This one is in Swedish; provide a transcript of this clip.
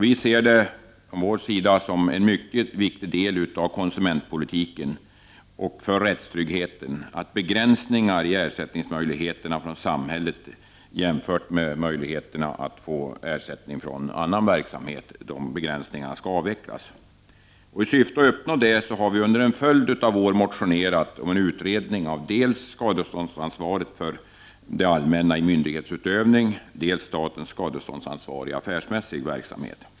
Vi ser det som en mycket viktig del av konsumentpolitiken och rättstryggheten att begränsningarna i möjligheterna att få ersättning från samhället jämfört med möjligheterna att få det från annan verksamhet avvecklas. I syfte att uppnå detta har vi under en följd av år motionerat om en utredning av dels skadeståndsansvaret för det allmänna i myndighetsutövning, dels statens skadeståndsansvar i affärsmässig verksamhet.